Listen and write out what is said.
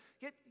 Get